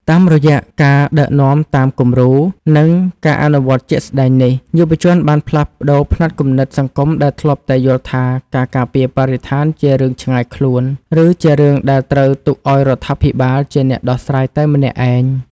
តាមរយៈការដឹកនាំតាមគំរូ និងការអនុវត្តជាក់ស្ដែងនេះ យុវជនបានផ្លាស់ប្តូរផ្នត់គំនិតសង្គមដែលធ្លាប់តែយល់ថា ការការពារបរិស្ថានជារឿងឆ្ងាយខ្លួន ឬជារឿងដែលត្រូវទុកឱ្យរដ្ឋាភិបាលជាអ្នកដោះស្រាយតែម្នាក់ឯង។